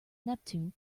neptune